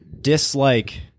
dislike